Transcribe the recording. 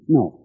No